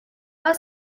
are